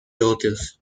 otros